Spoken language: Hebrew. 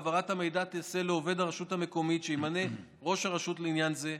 העברת המידע תיעשה לעובד הרשות המקומית שימנה ראש הרשות לעניין זה,